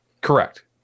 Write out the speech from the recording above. Correct